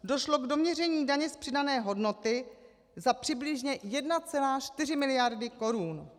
Došlo k doměření daně z přidané hodnoty za přibližně 1,4 miliardy korun.